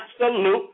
absolute